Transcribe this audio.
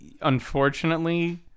unfortunately